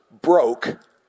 broke